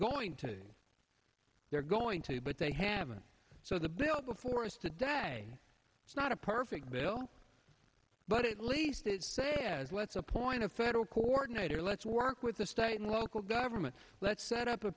going to they're going to but they haven't so the bill before us today it's not a perfect bill but it least is saying is let's appoint a federal coordinator let's work with the state and local governments let's set up a